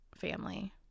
family